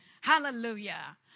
Hallelujah